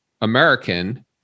American